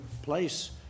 place